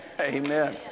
Amen